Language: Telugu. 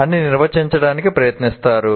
' అని నిర్వచించడానికి ప్రయత్నిస్తారు